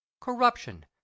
corruption